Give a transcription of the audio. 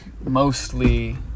mostly